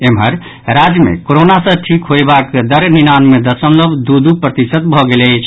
एम्हर राज्य मे कोरोना सँ ठीक होयबाक दर निनानवे दशमलव दू दू प्रतिशत भऽ गेल अछि